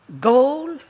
goal